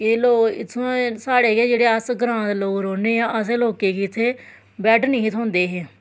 एह् लोग साढ़े गै जेह्ड़े अस ग्रांऽ दे लोग रौह्ने आं असैं लोकें गी इत्थें बैड नेईं हे थ्होंदे हे